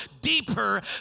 deeper